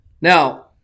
Now